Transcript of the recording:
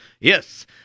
Yes